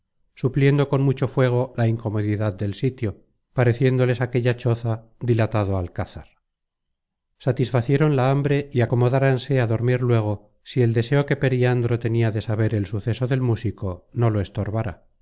supliendo con mucho fuego la incomodidad del sitio pareciéndoles aquella choza dilatado alcázar satisfacieron la hambre y acomodáranse á dormir luego si el deseo que periandro tenia de saber el suceso del músico no lo estorbara